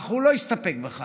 אך הוא לא הסתפק בכך